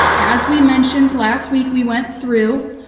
as we mentioned last week, we went through